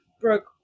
Brooke